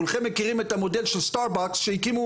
כולכם מכירים את המודל של סטארבקס שהקימו